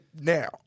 now